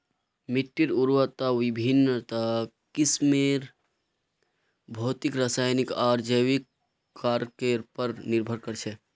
मिट्टीर उर्वरता विभिन्न किस्मेर भौतिक रासायनिक आर जैविक कारकेर पर निर्भर कर छे